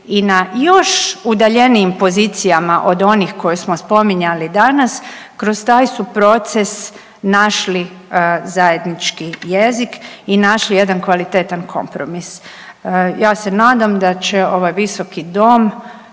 i na još udaljenijim pozicijama od onih koje smo spominjali danas, kroz taj su proces našli zajednički jezik i našli jedan kvalitetan kompromis. Ja se nadam da će ovaj Visoki dom